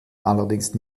allerdings